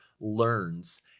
learns